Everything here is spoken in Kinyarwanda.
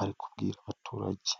ari kubwira abaturage.